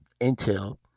intel